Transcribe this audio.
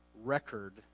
record